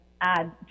add